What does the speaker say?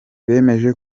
bemeje